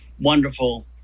wonderful